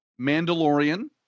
Mandalorian